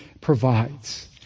provides